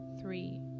three